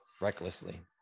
recklessly